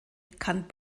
kann